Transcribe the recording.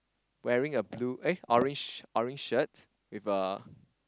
wearing a blue eh orange orange shirt with a